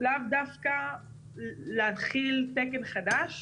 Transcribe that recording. לאו דווקא להנחיל תקן חדש